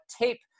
tape